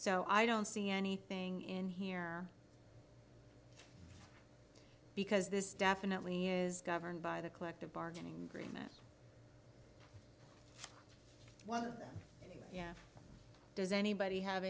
so i don't see anything in here because this definitely is governed by the collective bargaining agreement one of yeah does anybody have